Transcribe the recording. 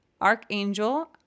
Archangel